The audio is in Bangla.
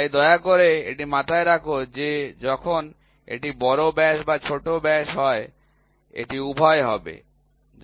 তাই দয়া করে এটি মাথায় রাখ যে যখন এটি বড় ব্যাস বা ছোট ব্যাস হয় এটি উভয় হবে